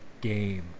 game